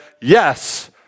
yes